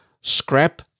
Scrap